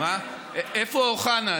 איפה אוחנה?